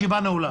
הישיבה נעולה.